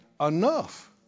enough